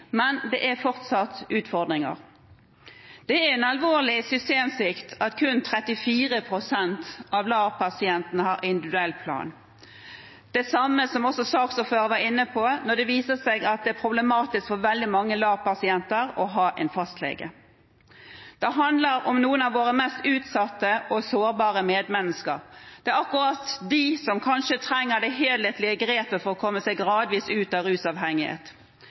men det er fortsatt utfordringer. Det er en alvorlig systemsvikt når kun 34 pst. av LAR-pasientene har individuell plan. Det er også en systemsvikt, som også saksordføreren var inne på, når det viser seg at det er problematisk for mange LAR-pasienter å ha en fastlege. Det handler om noen av våre mest utsatte og sårbare medmennesker. Det er akkurat de som kanskje trenger det helhetlige grepet for å komme seg gradvis ut av rusavhengighet.